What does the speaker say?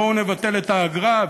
בואו נבטל את האגרה.